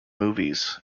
movies